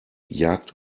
jagd